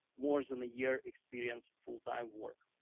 more than a year experience, full time work.